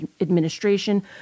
administration